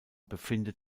befindet